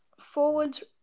Forwards